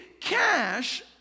cash